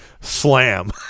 Slam